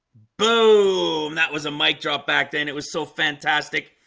boom that was a mic drop back then it was so fantastic